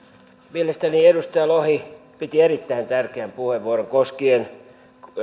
mielestäni edustaja lohi piti erittäin tärkeän puheenvuoron koskien